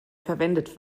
verwendet